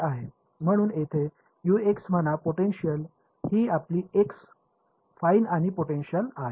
म्हणून येथे म्हणा पोटेन्शिअल ही आपली एक्स फाईन आणि पोटेन्शिअल आहे